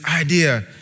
idea